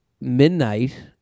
midnight